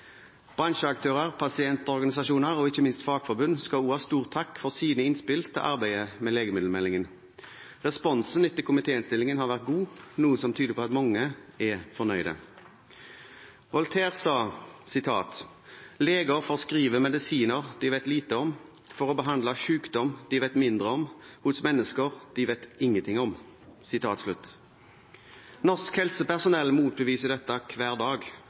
Bransjeaktører, pasientorganisasjoner og ikke minst fagforbund skal også ha stor takk for sine innspill til arbeidet med legemiddelmeldingen. Responsen etter komitéinnstillingen har vært god, noe som tyder på at mange er fornøyde. Voltaire sa: Leger forskriver medisiner de vet lite om, for å behandle sykdom de vet mindre om, hos mennesker de vet ingenting om. Norsk helsepersonell motbeviser dette hver dag,